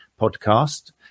podcast